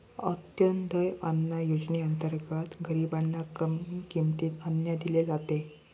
अंत्योदय अन्न योजनेअंतर्गत गरीबांना कमी किमतीत अन्न दिले जाते